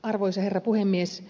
arvoisa herra puhemies